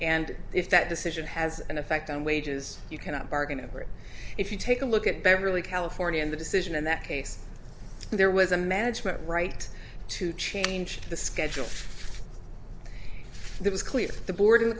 and if that decision has an effect on wages you cannot bargain over it if you take a look at beverley california and the decision in that case there was a management right to change the schedule it was clear the board of the